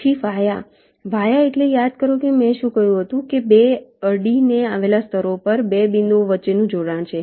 પછી વાયાવાયા એટલે યાદ કરો કે મેં શું કહ્યું તે 2 અડીને આવેલા સ્તરો પર 2 બિંદુઓ વચ્ચેનું જોડાણ છે